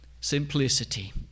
Simplicity